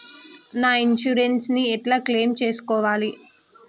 నా ఇన్సూరెన్స్ ని ఎట్ల క్లెయిమ్ చేస్కోవాలి?